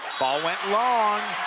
ball went long,